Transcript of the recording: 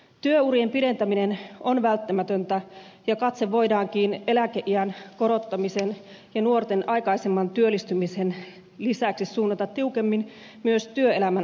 työurien pidentäminen on välttämätöntä ja katse voidaankin eläkeiän korottamisen ja nuorten aikaisemman työllistymisen lisäksi suunnata tiukemmin myös työelämän olosuhteisiin